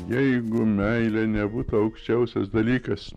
jeigu meilė nebūtų aukščiausias dalykas